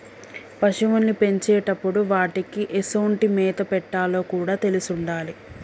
పశువుల్ని పెంచేటప్పుడు వాటికీ ఎసొంటి మేత పెట్టాలో కూడా తెలిసుండాలి